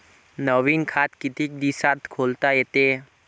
नवीन खात कितीक दिसात खोलता येते?